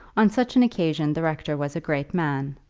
on such an occasion the rector was a great man,